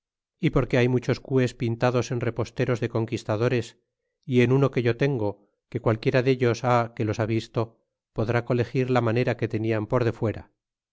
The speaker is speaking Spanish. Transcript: y porque hay muchos cues pintados en reposteros de conquistadores él en uno que yo tengo que qualquiera dellos ha que los ha visto podr colegir la manera que tenían por defuera